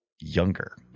younger